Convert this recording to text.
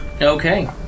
Okay